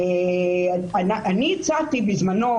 אני הצעתי בזמנו,